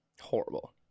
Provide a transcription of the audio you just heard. horrible